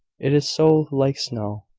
it is so like snow.